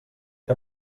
que